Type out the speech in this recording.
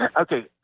Okay